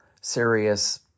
serious